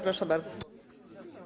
Proszę bardzo.